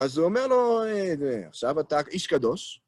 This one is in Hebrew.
אז הוא אומר לו, עכשיו אתה איש קדוש.